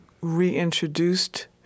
reintroduced